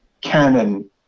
canon